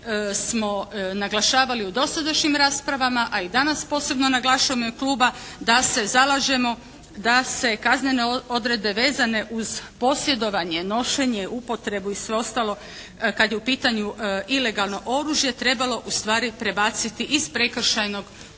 smo naglašavali u dosadašnjim raspravama a i danas posebno naglašavamo u ime kluba da se zalažemo da se kaznene odredbe vezane uz posjedovanje, nošenje, upotrebu i sve ostalo kad je u pitanju ilegalno oružje trebalo ustvari prebaciti iz prekršajnog u